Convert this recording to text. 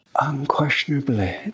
Unquestionably